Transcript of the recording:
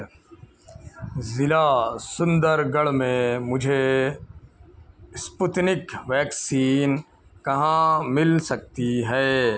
ضلع سندر گڑھ میں مجھے اسپوتنک ویکسین کہاں مل سکتی ہے